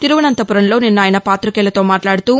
తిరువసంతపురంలో నిన్న ఆయన పాతికేయులతో మాట్లాదుతూ